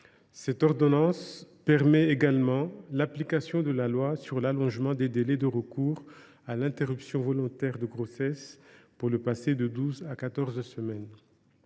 Cette ordonnance permet également l’application de la loi sur l’allongement du délai de recours à l’interruption volontaire de grossesse, passé de douze à quatorze semaines.